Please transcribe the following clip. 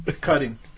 Cutting